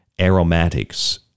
aromatics